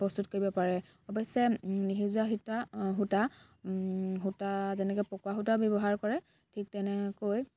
প্ৰস্তুত কৰিব পাৰে অৱশ্যে নিসিজোৱা সিতা সূতা সূতা যেনেকৈ পকোৱা সূতাও ব্যৱহাৰ কৰে ঠিক তেনেকৈ